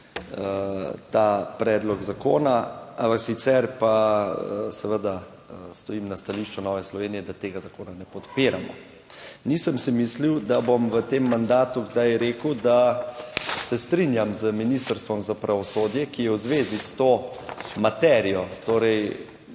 ta predlog zakona, ampak sicer pa seveda stojim na stališču Nove Slovenije, da tega zakona ne podpiramo. Nisem si mislil, da bom v tem mandatu kdaj rekel, da se strinjam z Ministrstvom za pravosodje, ki je v zvezi s to materijo, torej